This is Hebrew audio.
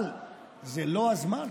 אבל זה לא הזמן,